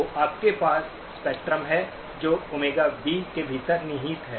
तो आपके पास स्पेक्ट्रम है जो ΩB के भीतर निहित है